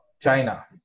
China